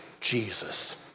Jesus